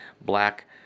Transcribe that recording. Black